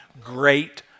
great